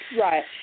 Right